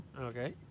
Okay